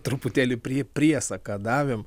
truputėlį prie priesaką davėm